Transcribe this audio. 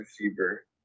receiver